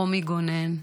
רומי גונן,